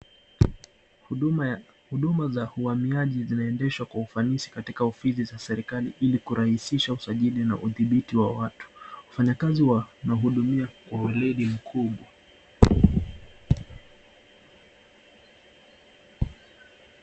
Huduma za uhamiaji zinaendeshwa kwa ufanisi katika ofisi za serikali ili kurahisisha usajili na udhibithi wa watu. Wafanyikazi wanahudumia kwa uledi mkuu.